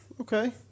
Okay